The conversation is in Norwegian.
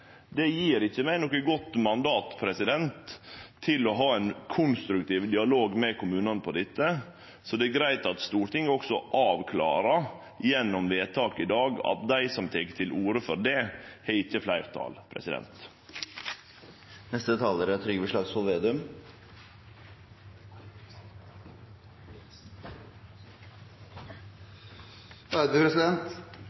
Det gjev ikkje meg noko godt mandat til å ha ein konstruktiv dialog med kommunane om dette. Det er greitt at Stortinget gjennom vedtak i dag også avklarar at dei som tek til orde for det, ikkje har fleirtal. I FN er